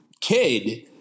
kid